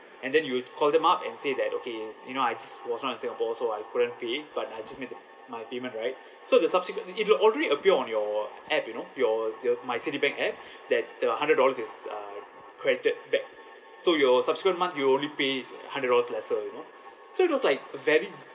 and then you would call them up and say that okay you know I s~ was not in singapore so I couldn't pay but I just made the my payment right so the subsequent~ it'll already appear on your app you know your your my citibank app that the hundred dollars is uh credited back so your subsequent months you only pay hundred dollars lesser you know so it was like very